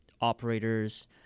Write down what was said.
operators